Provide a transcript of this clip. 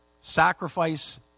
sacrifice